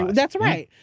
that's right.